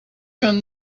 from